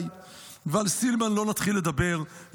ועל סילמן לא נתחיל לדבר,